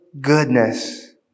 goodness